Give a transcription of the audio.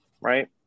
right